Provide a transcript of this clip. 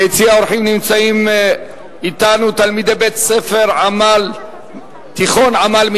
ביציע האורחים נמצאים אתנו תלמידי תיכון "עמל" מטירה.